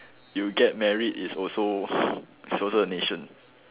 you get married is also is also the nation